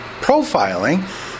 Profiling